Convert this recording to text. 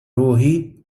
ruħi